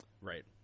Right